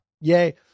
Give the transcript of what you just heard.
Yay